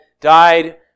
died